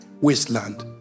wasteland